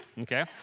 Okay